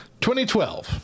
2012